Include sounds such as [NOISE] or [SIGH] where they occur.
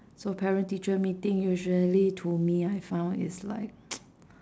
so parent teacher meeting usually to me I found it's like [NOISE]